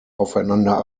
aufeinander